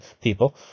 people